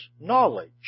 knowledge